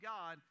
God